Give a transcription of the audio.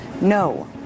no